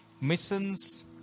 missions